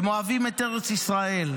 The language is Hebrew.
הם אוהבים את ארץ ישראל.